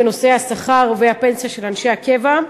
בנושא השכר והפנסיה של אנשי הקבע.